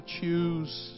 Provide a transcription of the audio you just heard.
choose